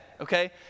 Okay